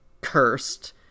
cursed